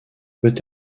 peut